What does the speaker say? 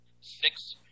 Six